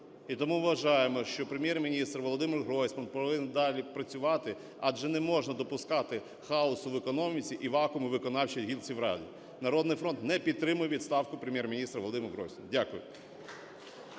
І тому вважаємо, що Прем’єр-міністр Володимир Гройсман повинен далі працювати, адже не можна допускати хаосу в економіці і вакууму у виконавчій гілці влади. "Народний фронт" не підтримує відставку Прем’єр-міністра Володимира Гройсмана. Дякую.